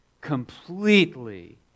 completely